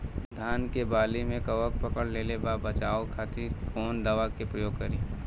धान के वाली में कवक पकड़ लेले बा बचाव खातिर कोवन दावा के प्रयोग करी?